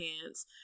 pants